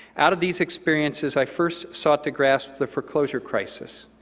out of these experiences, i first sought to grasp the foreclosure crisis,